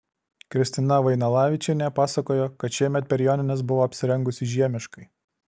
kristina vainalavičienė pasakojo kad šiemet per jonines buvo apsirengusi žiemiškai